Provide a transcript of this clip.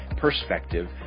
perspective